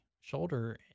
shoulder